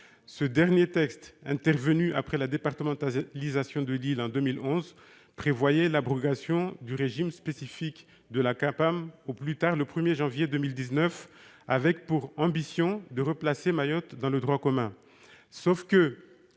Ce dernier texte, intervenu après la départementalisation de l'île en 2011, prévoyait l'abrogation du régime spécifique de la Capam, au plus tard le 1 janvier 2019, avec pour ambition de replacer Mayotte dans le droit commun.